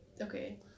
Okay